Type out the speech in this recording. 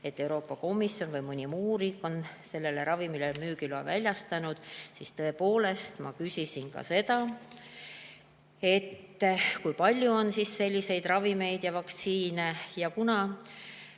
et Euroopa Komisjon või mõni muu riik on sellele ravimile müügiloa väljastanud." Ma küsisin ka seda, kui palju on selliseid ravimeid ja vaktsiine. Kuna